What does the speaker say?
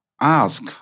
ask